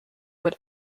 would